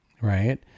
Right